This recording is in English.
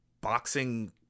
boxing